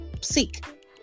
seek